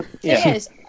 Yes